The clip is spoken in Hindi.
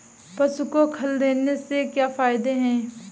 पशु को खल देने से क्या फायदे हैं?